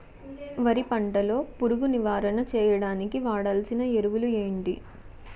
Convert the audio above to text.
వరి పంట లో పురుగు నివారణ చేయడానికి వాడాల్సిన ఎరువులు ఏంటి?